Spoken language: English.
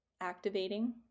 activating